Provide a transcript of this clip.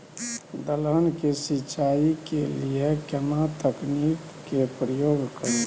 दलहन के सिंचाई के लिए केना तकनीक के प्रयोग करू?